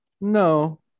no